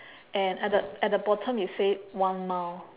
and at the at the bottom it say one mile